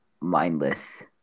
mindless